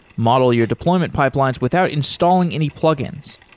model your deployment pipelines without installing any plug-ins.